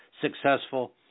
successful